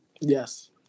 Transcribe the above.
yes